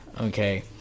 okay